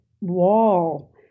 wall